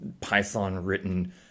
Python-written